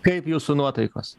kaip jūsų nuotaikos